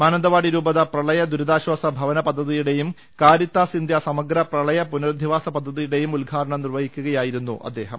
മാനന്തവാടി രൂപത പ്രളയ ദുരിതാശാസ ഭവന പദ്ധതിയുടെയും കാരിത്താസ് ഇന്ത്യ സമഗ്ര പ്രളയ പുനരധിവാസ പദ്ധതിയുടെയും ഉദ്ഘാടനം നിർവഹിക്കു കയായിരുന്നു അദ്ദേഹം